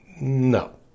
No